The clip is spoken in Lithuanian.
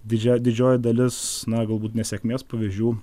didžia didžioji dalis na galbūt nesėkmės pavyzdžių